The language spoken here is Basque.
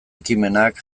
ekimenak